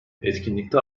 etkinlikte